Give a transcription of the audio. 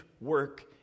work